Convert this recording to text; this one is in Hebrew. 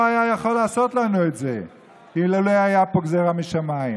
לא היה יכול לעשות לנו את זה אילולא הייתה פה גזרה משמיים.